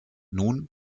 nun